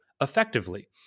effectively